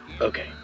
okay